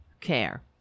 care